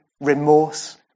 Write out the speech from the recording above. remorse